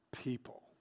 people